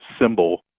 symbol